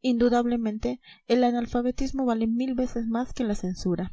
indudablemente el analfabetismo vale mil veces más que la censura